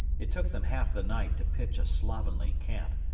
it took them half the night to pitch a slovenly camp,